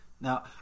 Now